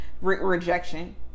rejection